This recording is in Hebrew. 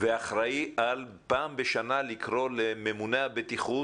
ואחראי פעם בשנה לקרוא לממונה הבטיחות